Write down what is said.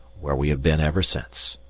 where we have been ever since.